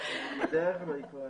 אחיד.